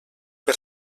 per